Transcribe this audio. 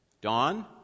Dawn